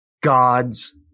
gods